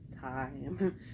time